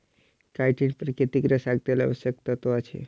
chitin प्राकृतिक रेशाक लेल आवश्यक तत्व अछि